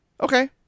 okay